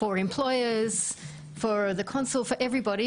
עבור מעסיקים עבור הרשויות עבור כולם,